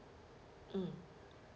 mm